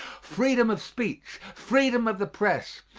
freedom of speech, freedom of the press,